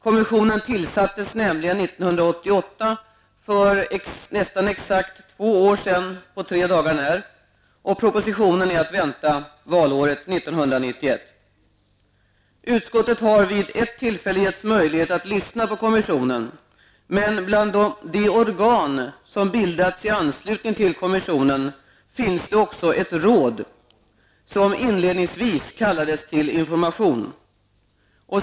Kommissionen tillsattes nämligen 1988 -- för nästan exakt två år sedan, på tre dagar när --, och propositionen är att vänta valåret 1991. Utskottet har vid ett tillfälle givits möjlighet att lyssna på kommissionen, men bland de organ som har bildats i anslutning till kommissionen finns det också ett råd som inledningsvis kallades till information.